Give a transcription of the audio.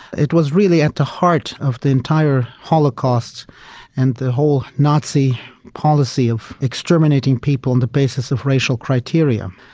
it was really at the heart of the entire holocaust and the whole nazi policy of exterminating people on the basis of racial criteria.